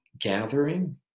gathering